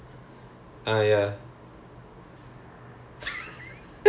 you know tinder right ya அந்த மாதிரி ஒரு:antha maathiri oru